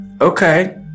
okay